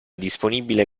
disponibile